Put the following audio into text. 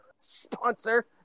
sponsor